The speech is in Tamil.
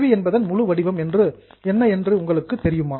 வி என்பதன் முழு வடிவம் என்ன என்று உங்களுக்கு தெரியுமா